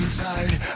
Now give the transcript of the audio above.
tired